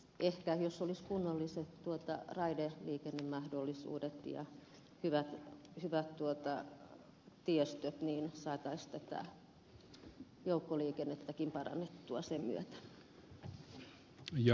ehkä jos olisi kunnolliset raideliikennemahdollisuudet ja hyvät tiestöt niin saataisiin tätä joukkoliikennettäkin parannettua sen myötä